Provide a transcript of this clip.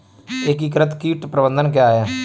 एकीकृत कीट प्रबंधन क्या है?